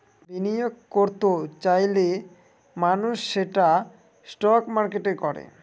বিনিয়োগ করত চাইলে মানুষ সেটা স্টক মার্কেটে করে